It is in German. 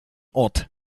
ort